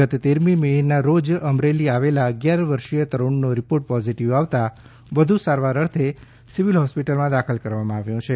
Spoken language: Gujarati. ગત તેરમી મેના રોજ અમરેલી આવેલા અગિયાર વર્ષીય તરુણનો રિપોર્ટ પોઝિટિવ આવતા વધુ સારવાર અર્થે સિવિલ હોસ્પિટલમાં દાખલ કરવામાં આવ્યો છે